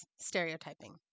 stereotyping